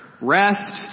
rest